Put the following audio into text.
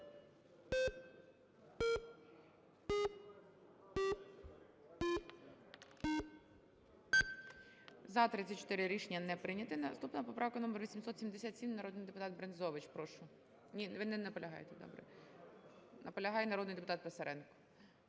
За-34 Рішення не прийнято. Наступна поправка - номер 877. Народний депутат Брензович, прошу. Ні? Ви не наполягаєте? Добре. Наполягає народний депутат Писаренко.